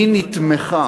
היא נתמכה